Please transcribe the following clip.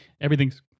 everything's